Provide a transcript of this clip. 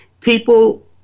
people